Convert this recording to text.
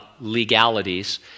legalities